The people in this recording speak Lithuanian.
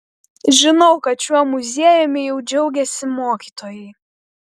žinau kad šiuo muziejumi jau džiaugiasi mokytojai